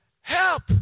help